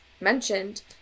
mentioned